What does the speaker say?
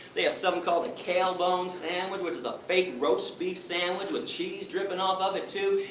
they have something called a kale bone sandwich, which is a fake roast beef sandwich with cheese dripping off of it, too.